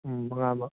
ꯎꯝ ꯃꯉꯥꯃꯛ